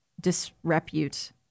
disrepute